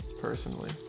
personally